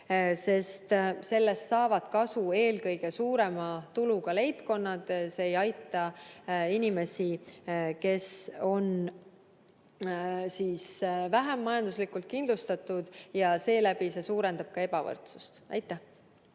sest sellest saavad kasu eelkõige suurema tuluga leibkonnad, st see ei aita inimesi, kes on vähem majanduslikult kindlustatud, ja seeläbi see suurendab ka ebavõrdsust. Aivar